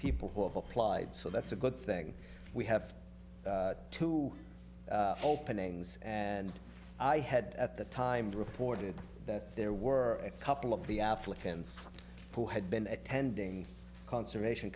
people who have applied so that's a good thing we have to openings and i had at the time reported that there were a couple of the applicants who had been attending conservation